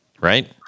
Right